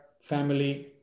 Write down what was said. family